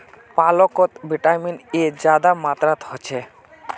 पालकोत vitamin A ज्यादा मात्रात होछे